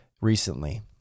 recently